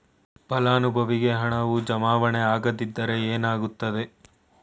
ಫಲಾನುಭವಿಗೆ ಹಣವು ಜಮಾವಣೆ ಆಗದಿದ್ದರೆ ಏನಾಗುತ್ತದೆ?